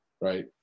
Right